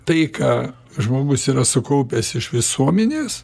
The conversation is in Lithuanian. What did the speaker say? tai ką žmogus yra sukaupęs iš visuomenės